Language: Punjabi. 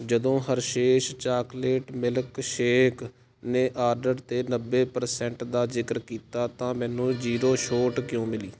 ਜਦੋਂ ਹਰਸ਼ੇਸ ਚਾਕਲੇਟ ਮਿਲਕ ਸ਼ੇਕ ਨੇ ਆਰਡਰ 'ਤੇ ਨੱਬੇ ਪਰਸੈਂਟ ਦਾ ਜ਼ਿਕਰ ਕੀਤਾ ਤਾਂ ਮੈਨੂੰ ਜ਼ੀਰੋ ਛੋਟ ਕਿਉਂ ਮਿਲੀ